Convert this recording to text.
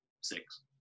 six